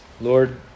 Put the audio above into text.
Lord